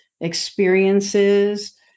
experiences